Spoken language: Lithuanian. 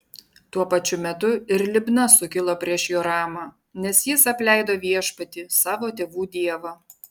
tuo pačiu metu ir libna sukilo prieš joramą nes jis apleido viešpatį savo tėvų dievą